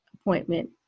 appointment